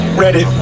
ready